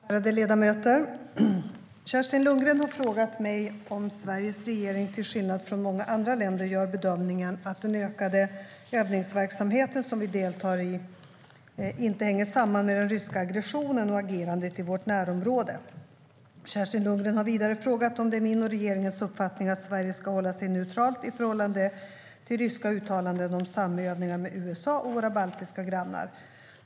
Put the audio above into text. Herr talman och ärade ledamöter! Kerstin Lundgren har frågat mig om Sveriges regering till skillnad från många andra länder gör bedömningen att den ökade övningsverksamhet vi deltar i inte hänger samman med den ryska aggressionen och agerandet i vårt närområde. Kerstin Lundgren har vidare frågat om det är min och regeringens uppfattning att Sverige ska hålla sig neutralt i förhållande till ryska uttalanden om samövningar med USA och våra baltiska grannar.